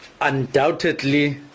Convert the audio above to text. undoubtedly